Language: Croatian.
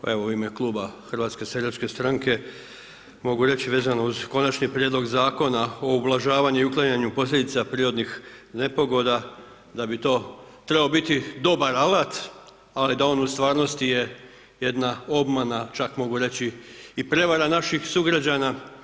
Pa evo u ime kluba HSS-a mogu reći vezano uz Konačni prijedlog Zakona o ublažavanju i uklanjanju posljedica prirodnih nepogoda da bi to trebao biti dobar alat ali da on u stvarnosti je jedna obmana čak mogu reći i prevara naših sugrađana.